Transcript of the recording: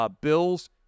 Bills